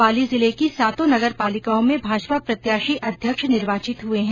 पाली जिले की सातों नंगरपालिकाओं में भाजपा प्रत्याशी अध्यक्ष निर्वाचित हुये हैं